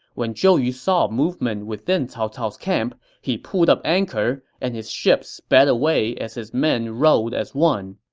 when zhou yu saw movement within cao cao's camp, he pulled up anchor, and his ship sped away as his men rowed as one.